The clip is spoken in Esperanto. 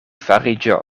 fariĝo